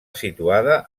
situada